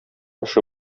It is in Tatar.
эше